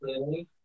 Okay